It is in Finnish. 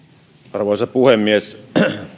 arvoisa puhemies